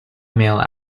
male